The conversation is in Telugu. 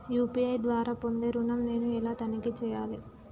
యూ.పీ.ఐ ద్వారా పొందే ఋణం నేను ఎలా తనిఖీ చేయాలి?